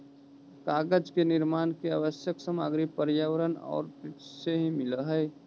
कागज के निर्माण के आवश्यक सामग्री पर्यावरण औउर वृक्ष से ही मिलऽ हई